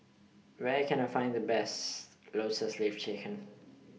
Where Can I Find The Best Lotus Leaf Chicken